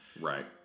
Right